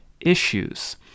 issues